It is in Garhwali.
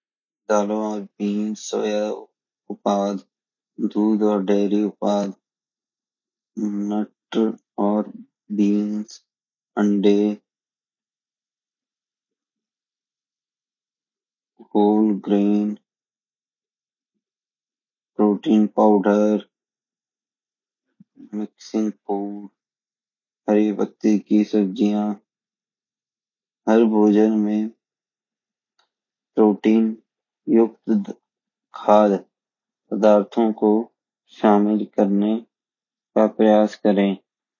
दालों और बीन्स सोया कु पान दूध और डेरियों कु पान मटर और बीन्स अंडे whole grain protein powder mixing food हरे पत्ते की सब्जियां हर भोजन में प्रोटीन युक्त खाद्य पदार्थों को शामिल करने का प्रयास करे